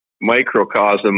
microcosm